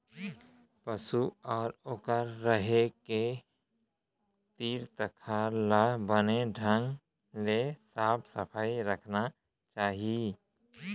पसु अउ ओकर रहें के तीर तखार ल बने ढंग ले साफ सफई रखना चाही